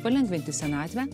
palengvinti senatvę